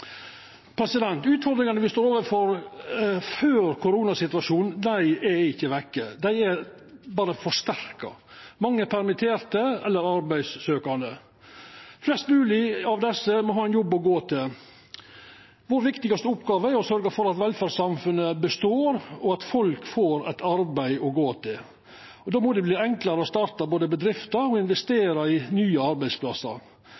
Utfordringane me stod overfor før koronasituasjonen, er ikkje vekke, dei er berre forsterka. Mange er permitterte eller arbeidssøkjande. Flest mogleg av desse må ha ein jobb å gå til. Den viktigaste oppgåva vår er å sørgja for at velferdssamfunnet består, og at folk får eit arbeid å gå til. Då må det verta enklare både å starta bedrifter og